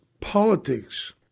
politics